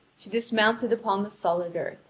she dismounted upon the solid earth.